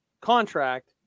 contract